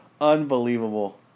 Unbelievable